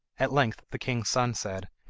at length the king's son said,